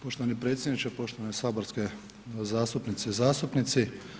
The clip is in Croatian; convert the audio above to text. Poštovani predsjedniče, poštovane saborske zastupnice i zastupnici.